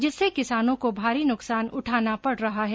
जिससे किसानों को भारी नुकसान उठाना पड़ रहा है